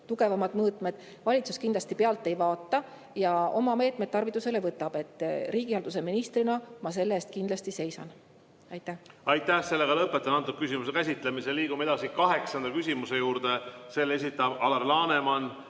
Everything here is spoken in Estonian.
tugevamad mõõtmed –, siis valitsus kindlasti pealt ei vaata ja oma meetmed tarvitusele võtab. Riigihalduse ministrina ma selle eest kindlasti seisan. Aitäh! Lõpetan selle küsimuse käsitlemise. Liigume edasi kaheksanda küsimuse juurde. Selle esitab Alar Laneman,